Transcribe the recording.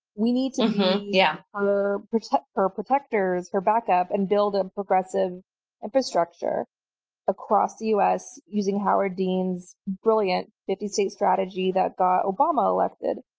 we need to yeah protect protect our protectors for backup and build a progressive infrastructure across the us using howard dean's brilliant fifty state strategy that got obama elected.